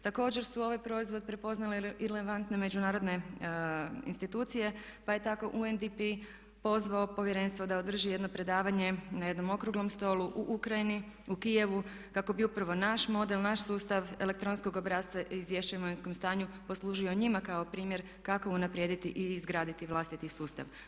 Također su ovaj proizvod prepoznale irelevantne međunarodne institucije pa je tako UNDP pozvao Povjerenstvo da održi jedno predavanje na jednom okruglom stolu u Ukraji, u Kijevu kako bi upravo naš model, naš sustav elektronskog obrasca Izvješće o imovinskom stanju poslužio njima kao primjer kako unaprijediti i izgraditi vlastiti sustav.